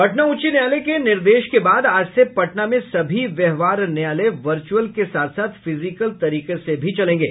पटना उच्च न्यायालय के निर्देश के बाद आज से पटना में सभी व्यवहार अदालतें वर्चुअल के साथ साथ फिजिक्ल तरीके से भी चलेंगे